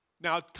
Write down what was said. Now